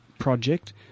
project